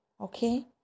Okay